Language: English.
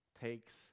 takes